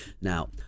Now